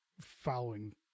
following